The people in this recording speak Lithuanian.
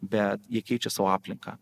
bet jie keičia savo aplinką